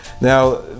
Now